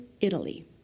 Italy